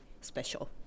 special